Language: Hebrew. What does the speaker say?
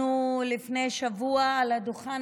מאוד.